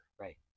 Right